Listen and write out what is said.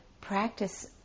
practice